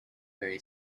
very